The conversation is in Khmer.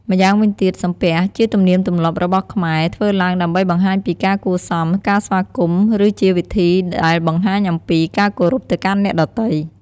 ម៉្យាងវិញទៀតសំពះជាទំនៀមទម្លាប់របស់ខ្មែរ ធ្វើឡើងដើម្បីបង្ហាញពីការគួរសម ការស្វាគមន៍ ឬជាវិធីដែលបង្ហាញអំពីការគោរពទៅកាន់អ្នកដ៏ទៃ។